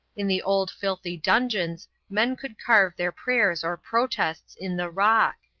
in the old filthy dungeons men could carve their prayers or protests in the rock.